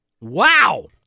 Wow